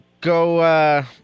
go